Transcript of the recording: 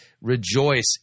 Rejoice